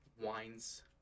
wines